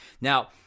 Now